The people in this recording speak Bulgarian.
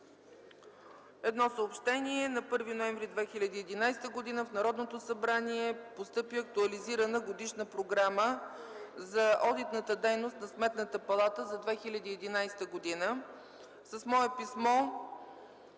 Едно съобщение: на 1 ноември 2011 г. в Народното събрание постъпи актуализирана Годишна програма за одитната дейност на Сметната палата за 2011 г. С мое писмо